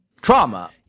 trauma